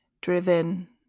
driven